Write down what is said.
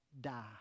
die